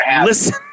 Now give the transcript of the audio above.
Listen